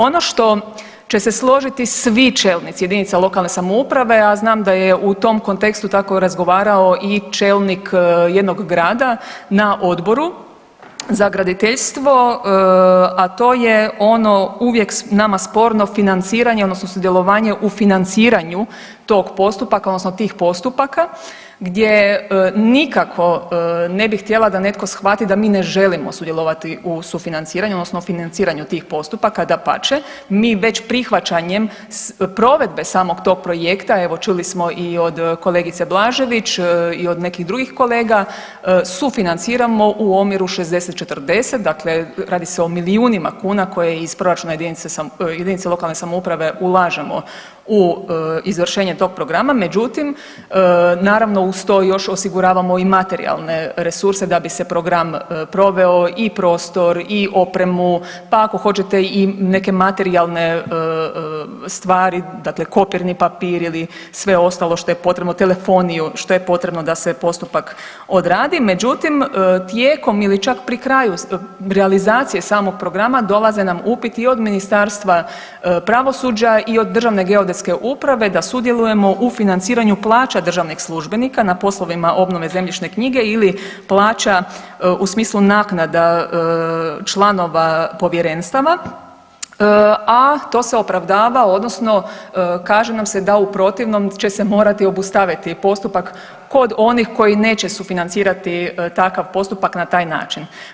Ono što će se složiti svi čelnici JLS, a znam da je u tom kontekstu tako razgovarao i čelnik jednog grada na Odboru za graditeljstvu, a to je ono uvijek nama sporno financiranje odnosno sudjelovanje u financiranju tog postupaka odnosno tih postupaka gdje nikako ne bi htjela da netko shvati da mi ne želimo sudjelovati u sufinanciranju odnosno financiranju tih postupaka, dapače mi već prihvaćanjem provedbe samog tog projekta, evo čuli smo i od kolegice Blažević i od nekih drugih kolega, sufinanciramo u omjeru 60:40, dakle radi se o milijunima kuna koje iz proračuna JLS ulažemo u izvršenje tog programa, međutim naravno uz to još osiguravamo i materijalne resurse da bi se program proveo i prostor i opremu, pa ako hoćete i neke materijalne stvari, dakle kopirni papir ili sve ostalo što je potrebno, telefoniju, što je potrebno da se postupak odradi, međutim tijekom ili čak pri kraju realizacije samog programa dolaze nam upiti i od Ministarstva pravosuđa i od DGU-a da sudjelujemo u financiranju plaća državnih službenika na poslovima obnove zemljišne knjige ili plaća u smislu naknada članova povjerenstava, a to se opravdava odnosno kaže nam se da u protivnom će se morati obustaviti postupak kod onih koji neće sufinancirati takav postupak na taj način.